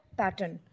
pattern